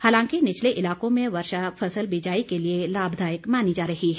हालांकि निचले इलाकों में वर्षा फसल बीजाई के लिए लाभदायक मानी जा रही है